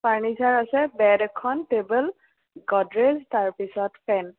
furniture আছে bed এখন table Godrej তাৰ পিছত ফেন